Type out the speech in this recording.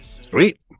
Sweet